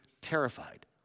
terrified